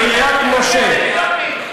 לאתיופים.